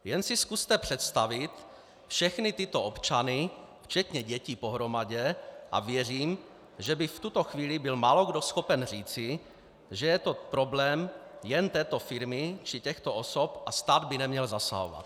Jen si zkuste představit všechny tyto občany včetně dětí pohromadě a věřím, že by v tuto chvíli byl málokdo schopen říci, že je to problém jen této firmy či těchto osob a stát by neměl zasahovat.